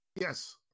Yes